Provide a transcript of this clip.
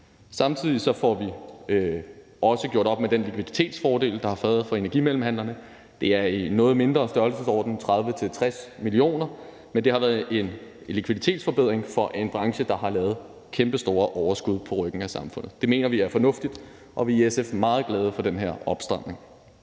Samtidig får vi også gjort op med den likviditetsfordel, der har været for energimellemhandlerne. Det er i noget mindre størrelsesorden, 30-60 mio. kr., men det har været en likviditetsforbedring for en branche, der har lavet kæmpestore overskud på ryggen af samfundet. Det mener vi er fornuftigt, og vi er i SF meget glade for den her opstramning.